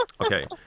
Okay